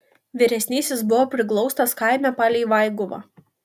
vyresnysis buvo priglaustas kaime palei vaiguvą